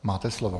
Máte slovo.